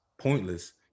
pointless